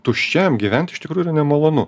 tuščiam gyvent iš tikrųjų yra nemalonu